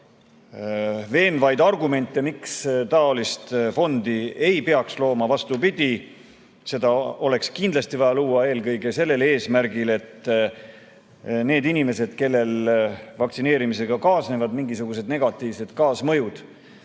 veenvaid argumente, miks taolist fondi ei peaks looma. Vastupidi, seda oleks kindlasti vaja luua eelkõige sellel eesmärgil, et need inimesed, kellel vaktsineerimisega kaasnevad mingisugused negatiivsed mõjud,